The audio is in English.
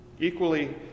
Equally